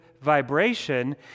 vibration